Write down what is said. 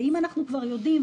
ואם אנחנו כבר יודעים,